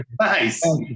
nice